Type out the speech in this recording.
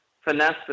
finesse